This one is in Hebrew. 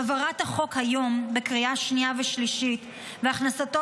העברת החוק היום בקריאה שנייה ושלישית והכנסתו